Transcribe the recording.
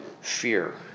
fear